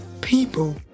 people